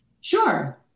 Sure